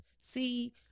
see